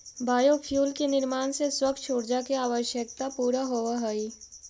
biofuel के निर्माण से स्वच्छ ऊर्जा के आवश्यकता पूरा होवऽ हई